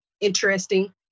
Interesting